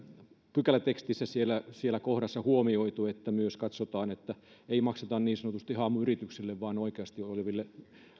pykälätekstissä siinä kohdassa huomioitu niin että myös katsotaan että ei makseta niin sanotusti haamuyrityksille vaan oikeasti olemassa oleville